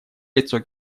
лицо